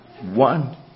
one